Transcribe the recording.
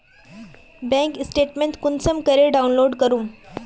Bank statement कुंसम करे download करूम?